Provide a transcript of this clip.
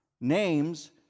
Names